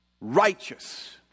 righteous